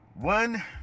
One